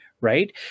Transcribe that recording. Right